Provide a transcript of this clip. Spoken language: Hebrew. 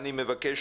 אני מבקש,